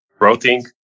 routing